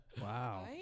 Wow